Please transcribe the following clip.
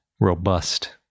robust